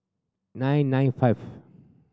nine nine five